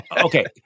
okay